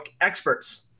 experts